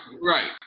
Right